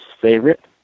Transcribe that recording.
favorite